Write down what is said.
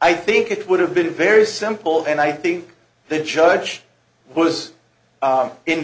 i think it would have been very simple and i think the judge was